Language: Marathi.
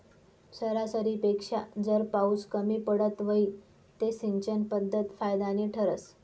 सरासरीपेक्षा जर पाउस कमी पडत व्हई ते सिंचन पध्दत फायदानी ठरस